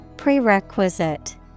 PREREQUISITE